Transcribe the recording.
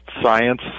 science